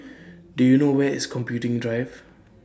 Do YOU know Where IS Computing Drive